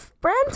brand